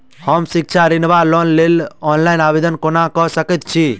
हम शिक्षा ऋण वा लोनक लेल ऑनलाइन आवेदन कोना कऽ सकैत छी?